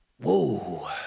Whoa